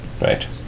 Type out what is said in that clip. Right